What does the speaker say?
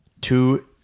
Two